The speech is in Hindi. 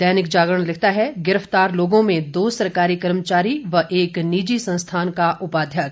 दैनिक जागरण लिखता है गिरफ्तार लोगों में दो सरकारी कर्मचारी व एक निजी संस्थान का उपाध्यक्ष